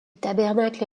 tabernacle